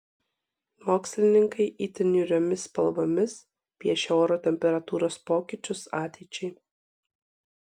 mokslininkai itin niūriomis spalvomis piešia oro temperatūros pokyčius ateičiai